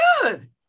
good